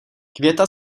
květa